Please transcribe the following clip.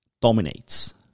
dominates